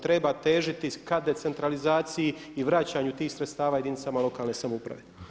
Treba težiti ka decentralizaciji i vraćanju tih sredstava jedinicama lokalne samouprave.